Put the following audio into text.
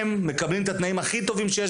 הם מקבלים את התנאים הכי טובים שיש